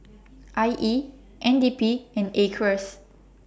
I E N D P and Acres